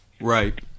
right